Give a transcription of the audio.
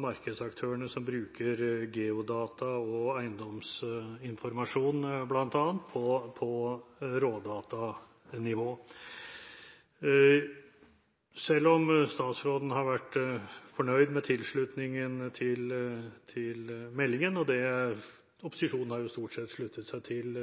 markedsaktørene som bruker bl.a. geodata og eiendomsinformasjon på rådatanivå. Statsråden har vært fornøyd med tilslutningen til meldingen, og opposisjonen har jo stort sett sluttet seg til